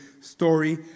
story